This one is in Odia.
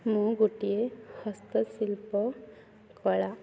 ମୁଁ ଗୋଟିଏ ହସ୍ତଶିଳ୍ପ କଳା